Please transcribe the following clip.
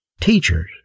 teachers